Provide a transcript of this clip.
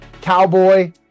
Cowboy